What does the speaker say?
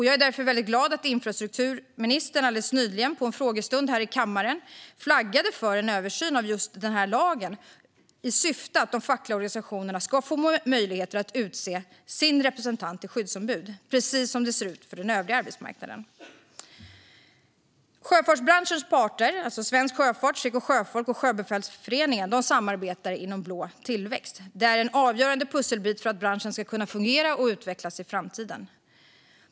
Jag är därför mycket glad över att infrastrukturministern alldeles nyligen vid en frågestund här i kammaren flaggade för en översyn av just fartygssäkerhetslagen i syfte att de fackliga organisationerna ska få möjlighet att utse sina representanter till skyddsombud, precis som det ser ut på den övriga arbetsmarknaden. Sjöfartsbranschens parter, alltså Svensk Sjöfart, Seko sjöfolk och Sjöbefälsföreningen, samarbetar inom Blå tillväxt. Detta är en avgörande pusselbit för att branschen ska kunna fungera och utvecklas i framtiden.